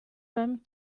femmes